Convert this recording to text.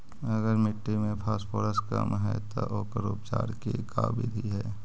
अगर मट्टी में फास्फोरस कम है त ओकर उपचार के का बिधि है?